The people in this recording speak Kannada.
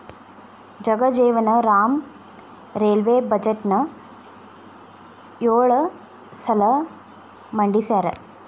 ಜಗಜೇವನ್ ರಾಮ್ ರೈಲ್ವೇ ಬಜೆಟ್ನ ಯೊಳ ಸಲ ಮಂಡಿಸ್ಯಾರ